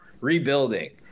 Rebuilding